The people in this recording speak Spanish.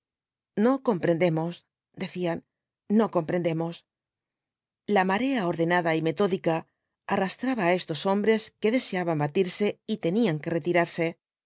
no comprendemos decían no comprendemos la marea ordenada y metódica arrastraba á estos hombres que deseaban batirse y tenían que retirarse